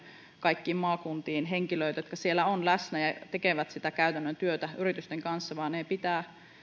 kaikkiin maakuntiin henkilöitä jotka siellä ovat läsnä ja tekevät sitä käytännön työtä yritysten kanssa